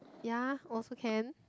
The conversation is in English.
ya also can